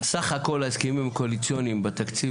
סך הכול ההסכמים הקואליציוניים בתקציב